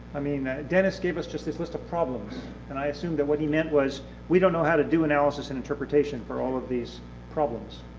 i mean dennis gave us just this list of problems and i assumed that what he meant was we don't know how to do analysis and interpretation for all of these problems.